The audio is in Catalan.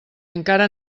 encara